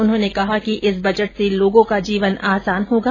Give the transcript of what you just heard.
उन्होंने कहा कि इस बजट से लोगों का जीवन आसान होगा